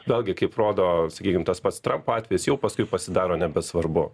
vėlgi kaip rodo sakykim tas pats trampo atvejis jau paskui pasidaro nebesvarbu